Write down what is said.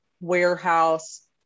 warehouse